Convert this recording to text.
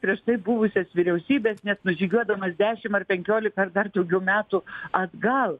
prieš tai buvusias vyriausybes net nužygiuodamas dešim ar penkiolika ar dar daugiau metų atgal